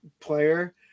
player